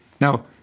Now